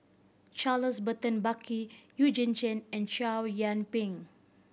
Charles Burton Buckley Eugene Chen and Chow Yian Ping